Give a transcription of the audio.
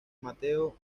mateo